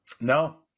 No